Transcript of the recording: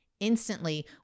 instantly